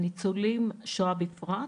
הניצולים בפרט,